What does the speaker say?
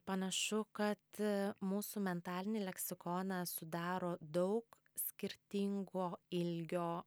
panašu kad mūsų mentalinį leksikoną sudaro daug skirtingo ilgio